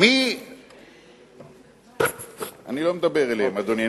אני לא מדבר אליהם, אדוני.